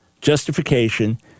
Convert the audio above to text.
Justification